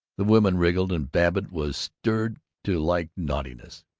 the women wriggled, and babbitt was stirred to like naughtiness.